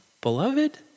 beloved